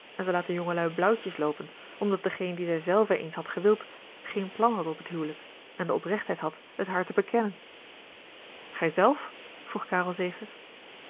en ze laat de jongelui blauwtjes loopen omdat degeen dien zij zelve eens had gewild geen plan had op het huwelijk en de oprechtheid had het haar te bekennen gij zelf vroeg karel zegers